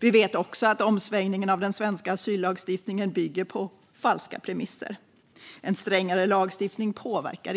Vi vet också att omsvängningen i den svenska asyllagstiftningen bygger på falska premisser. En strängare lagstiftning påverkar